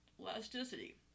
elasticity